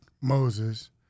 Moses